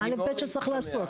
זה הדבר הכי בסיסי שצריך לעשות.